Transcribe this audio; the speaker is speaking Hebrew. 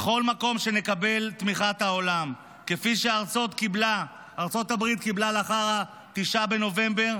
במקום שנקבל את תמיכת העולם כפי שארצות הברית קיבלה לאחר 9 בנובמבר,